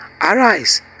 arise